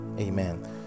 amen